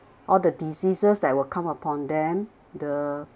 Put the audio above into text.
all the diseases that will come upon them the